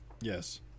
Yes